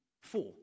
Four